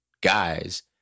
guys